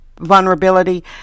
vulnerability